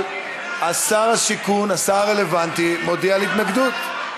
אבל שר השיכון, השר הרלוונטי, מודיע על התנגדות.